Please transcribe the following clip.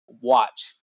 Watch